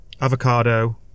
avocado